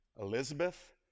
Elizabeth